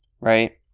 right